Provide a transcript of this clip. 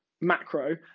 macro